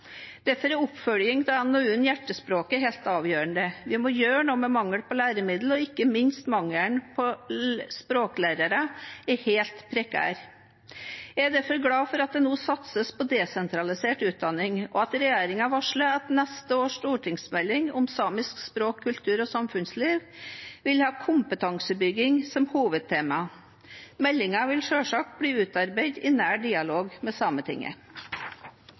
Derfor er oppfølging av NOU-en Hjertespråket helt avgjørende. Vi må gjøre noe med mangelen på læremidler, og ikke minst er mangelen på språklærere helt prekær. Jeg er derfor glad for at det nå satses på desentralisert utdanning, og at regjeringen varsler at neste års stortingsmelding om samisk språk, kultur og samfunnsliv vil ha kompetansebygging som hovedtema. Meldingen vil selvsagt bli utarbeidet i nær dialog med Sametinget.